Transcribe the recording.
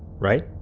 right?